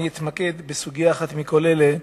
אני אתמקד בסוגיה אחת מכל אלה,